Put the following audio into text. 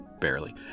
barely